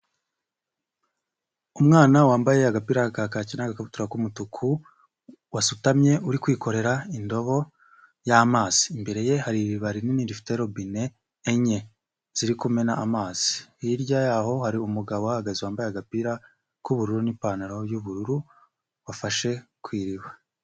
Umwana wambaye agapira ka kaki n'agakabutura k'umutuku wasutamye uri kwikorera indobo y'amazi, imbere ye hari iriba rinini rifite robine enye ziri kumena amazi, hirya y'aho hari umugabo uhahagaze wambaye agapira k'ubururu n'ipantaro y'ubururu bafashe ku iriba.